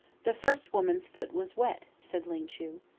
the first woman's foot was wet, said ling chu.